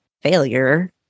failure